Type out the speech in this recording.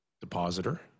Depositor